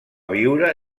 viure